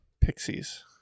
Pixies